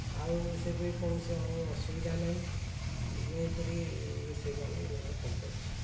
ଆଉ ସେଇପରି କୌଣସି ଆଉ ଅସୁବିଧା ନାହିଁ ଏହିପରି ରୋଷେଇ କାମ ଭଲ କରି ପାରୁଛି